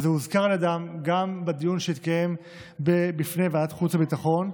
וזה הוזכר על ידם גם בדיון שהתקיים בפני ועדת החוץ והביטחון.